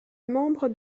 membre